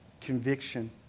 conviction